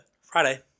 Friday